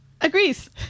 Agrees